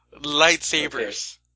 Lightsabers